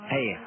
Hey